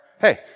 Hey